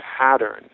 pattern